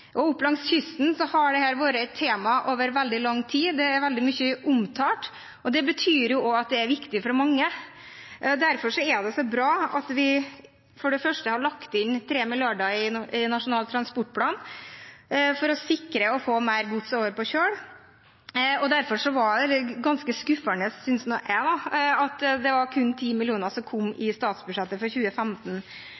Langs kysten har dette vært et tema over veldig lang tid. Det er veldig mye omtalt, og det betyr også at det er viktig for mange. Derfor er det bra at vi har lagt inn 3 mrd. kr i Nasjonal transportplan for å sikre at vi får mer gods over på kjøl, og derfor var det ganske skuffende, synes jeg, at det kun var 10 mill. kr som kom i statsbudsjettet for 2015.